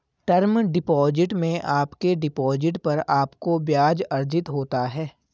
term deposit में आपके deposit पर आपको ब्याज़ अर्जित होता है